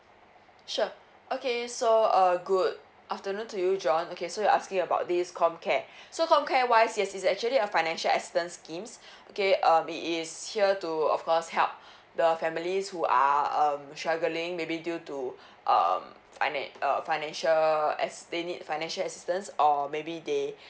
sure okay so uh good afternoon to you J O H N okay so you're asking about this com care so com care wise is it's actually a financial assistance schemes okay um it is here to of course help the families who are um travelling maybe due to um finan~ uh financial as~ they need financial assistance or maybe they